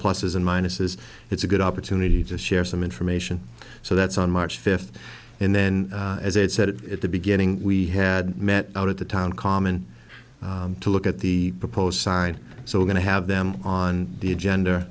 pluses and minuses it's a good opportunity to share some information so that's on march fifth and then as i said at the beginning we had met out of the town common to look at the proposed sign so we're going to have them on the agenda